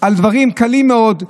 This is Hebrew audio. על דברים קלים מאוד,